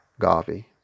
Gavi